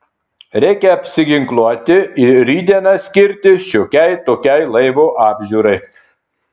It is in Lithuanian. reikia apsiginkluoti ir rytdieną skirti šiokiai tokiai laivo apžiūrai